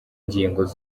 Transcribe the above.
ngingo